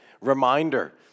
Reminder